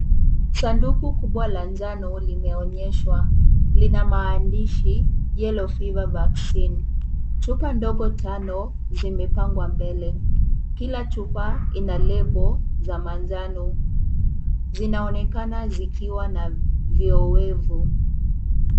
Sanduku kubwa la njano limeonyeshwa. Lina maandishi yellow fever vaccine . Chupa ndogo tano zimepangwa mbele. Kila chupa ina lebo za manjano. Zinaonekana zikiwa na viyowevu.